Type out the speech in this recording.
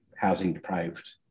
housing-deprived